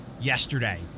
yesterday